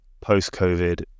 post-COVID